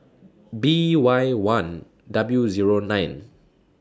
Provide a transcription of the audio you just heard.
B Y one W Zero nine